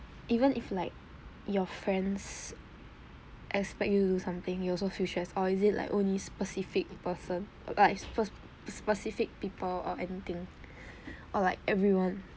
even if like your friends expect you to do something you also feel stressed or is it like only specific person but it’s first specific people or anything or like everyone